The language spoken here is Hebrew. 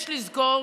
יש לזכור